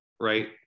right